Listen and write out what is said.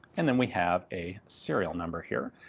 and then we have a serial number here.